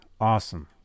Awesome